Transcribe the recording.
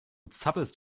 zappelst